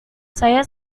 saya